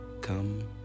come